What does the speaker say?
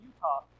Utah